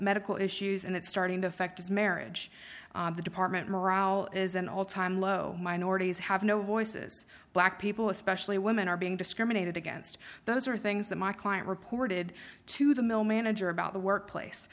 medical issues and it's starting to affect his marriage the department morale is an all time low minorities have no voices black people especially women are being discriminated against those are things that my client reported to the mill manager about the workplace